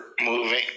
moving